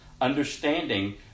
Understanding